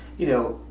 you know,